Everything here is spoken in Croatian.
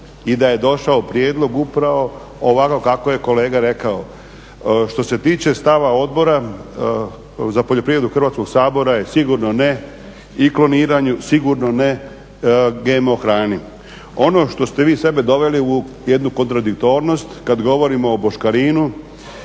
i da je došao prijedlog upravo … kako je kolega rekao. Što se tiče stava odbora za poljoprivredu Hrvatskog sabora je sigurno ne i kloniranju, sigurno ne GMO hrani. Ono što ste vi sebe doveli u jednu kontradiktornost kada govorimo o boškarinu,